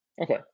Okay